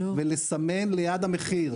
ולסמן ליד המחיר.